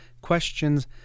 questions